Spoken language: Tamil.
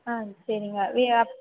ஆ சரிங்க வே அப்